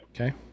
Okay